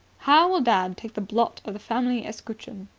how will dad take the blot of the family escutcheon?